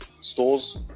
stores